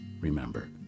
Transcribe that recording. Remember